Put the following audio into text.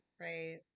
Right